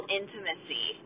intimacy